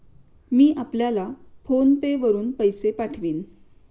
मी आपल्याला PhonePe वरुन पैसे पाठवीन